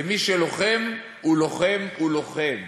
ומי שלוחם הוא לוחם הוא לוחם.